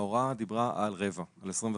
ההוראה דיברה על רבע, על 25%,